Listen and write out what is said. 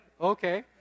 Okay